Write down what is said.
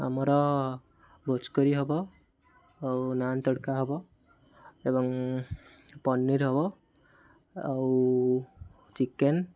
ଆମର veg curry ହବ ଆଉ ନାନ୍ ତଡ଼କା ହବ ଏବଂ ପନିର ହବ ଆଉ ଚିକେନ